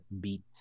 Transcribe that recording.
beat